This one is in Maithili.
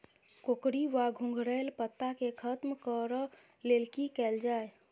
कोकरी वा घुंघरैल पत्ता केँ खत्म कऽर लेल की कैल जाय?